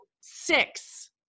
six